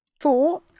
Four